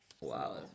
wow